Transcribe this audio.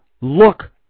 Look